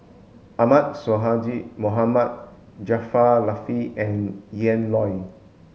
Ahmad Sonhadji Mohamad Jaafar Latiff and Ian Loy